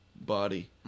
body